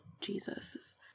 jesus